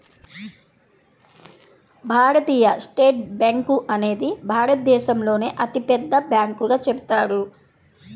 భారతీయ state bank అనేది భారతదేశంలోనే అతిపెద్ద బ్యాంకుగా చెబుతారు